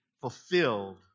fulfilled